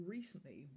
Recently